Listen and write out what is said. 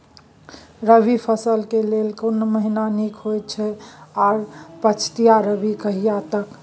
रबी फसल के लेल केना महीना नीक होयत अछि आर पछाति रबी कहिया तक?